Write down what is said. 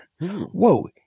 Whoa